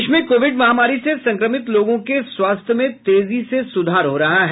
देश में कोविड महामारी से संक्रमित लोगों के स्वास्थ्य में तेजी से सुधार हो रहा है